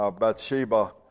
Bathsheba